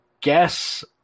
guess